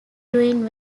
doing